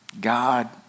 God